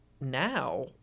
now